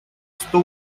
сто